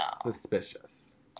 suspicious